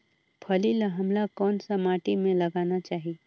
फल्ली ल हमला कौन सा माटी मे लगाना चाही?